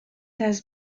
has